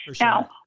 Now